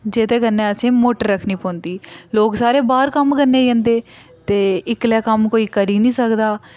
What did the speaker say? जेह्दे कन्नै असेंगी मोटर रक्खनी पौंदी लोक सारे बाह्र कम्म करने गी जंदे ते इक्कलै कम्म कोई करी नी सकदा